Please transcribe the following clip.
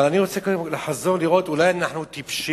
אבל אני רוצה קודם לחזור ולראות אולי אנחנו טיפשים,